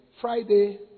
Friday